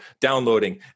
downloading